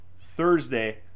Thursday